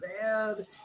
bad